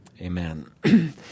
Amen